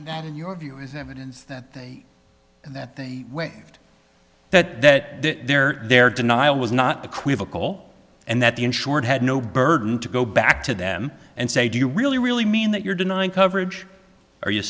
that in your view is evidence that that they went and that there their denial was not the quizzical and that the insured had no burden to go back to them and say do you really really mean that you're denying coverage are you